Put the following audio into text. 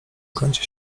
kącie